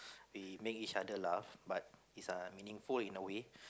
we make each other laugh but it's uh meaningful in a way